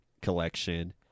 collection